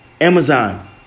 Amazon